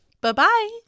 Bye-bye